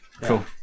Cool